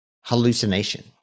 hallucination